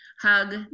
hug